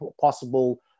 possible